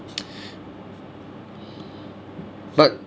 but